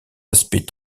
aspects